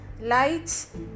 lights